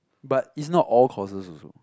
but it's not all courses also